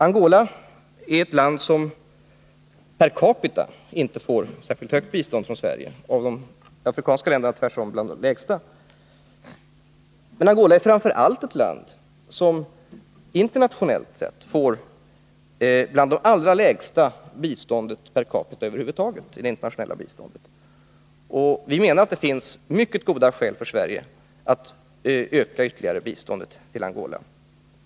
Angola är ett land som per capita inte får särskilt högt bistånd från Sverige, och bland de afrikanska länderna tillhör det tvärtom dem som kanske får minst. Angola får framför allt internationellt sett det kanske allra lägsta biståndet per capita bland alla länder. Vi menar att det finns mycket goda skäl för Sverige att öka sitt bistånd till Angola.